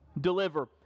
deliver